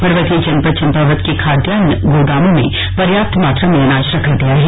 पर्वतीय जनपद चम्पावत के खाद्यान्न गोदामों में पर्याप्त मात्रा में अनाज रखा गया है